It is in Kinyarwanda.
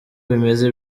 bimeze